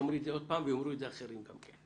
תאמרי את זה שוב וגם אחרים יאמרו זאת.